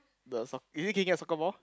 the soc~ is it kicking a soccer ball